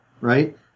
right